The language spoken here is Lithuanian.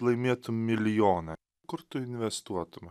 laimėtum milijoną kur tu investuotum